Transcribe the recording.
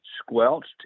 squelched